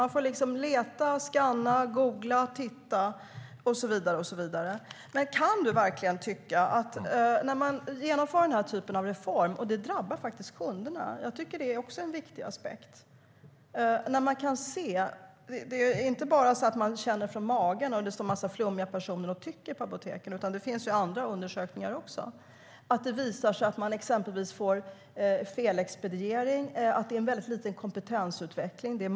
Man får leta, skanna, googla, titta och så vidare. När man genomför denna typ av reformer drabbar det kunderna, och det tycker jag är en viktig aspekt. Det är inte något man bara känner från magen eller något som en massa flummiga personer står och tycker på apoteken, utan det finns undersökningar som visar att man exempelvis får felexpediering och att det är väldigt lite kompetensutveckling.